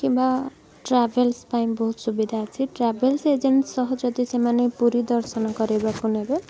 କିମ୍ବା ଟ୍ରାଭେଲ୍ସ ପାଇଁ ବହୁତ ସୁବିଧା ଅଛି ଟ୍ରାଭେଲ୍ସ ଏଜେଣ୍ଟ୍ ସହ ସେମାନେ ଯଦି ପୁରୀ ଦର୍ଶନ କରିବାକୁ ନେବେ